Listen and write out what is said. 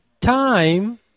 time